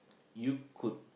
you could